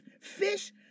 fish